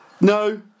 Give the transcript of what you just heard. No